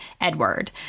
Edward